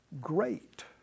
great